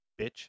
bitch